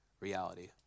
reality